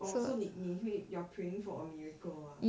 oh so 你你会 you're praying for a miracle lah